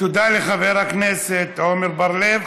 תודה לחבר הכנסת עמר בר-לב.